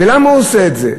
ולמה הוא עושה את זה?